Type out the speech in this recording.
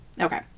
Okay